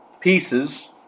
pieces